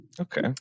Okay